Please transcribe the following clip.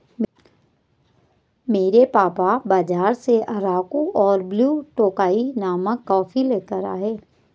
मेरे पापा बाजार से अराकु और ब्लू टोकाई नामक कॉफी लेकर आए